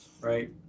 Right